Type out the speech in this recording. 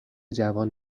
جوان